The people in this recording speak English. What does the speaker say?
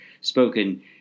spoken